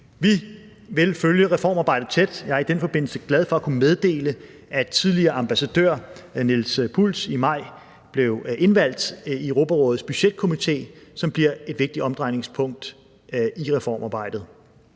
Vi vil følge reformarbejdet tæt. Jeg er i den forbindelse glad for at kunne meddele, at tidligere ambassadør Niels Pultz i maj blev indvalgt i Europarådets budgetkomité, som bliver et vigtigt omdrejningspunkt i reformarbejdet.